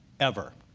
ever.